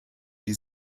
die